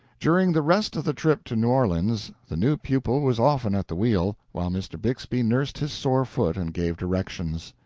during the rest of the trip to new orleans the new pupil was often at the wheel, while mr. bixby nursed his sore foot and gave directions.